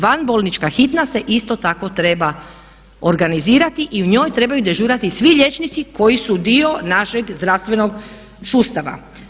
Vanbolnička hitna se isto tako treba organizirati i u njoj trebaju dežurati svi liječnici koji su dio našeg zdravstvenog sustava.